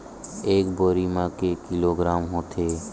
एक बोरी म के किलोग्राम होथे?